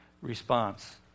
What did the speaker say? response